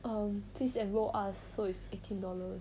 err please enrol us so is eighteen dollar